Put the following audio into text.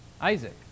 Isaac